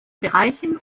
bereichen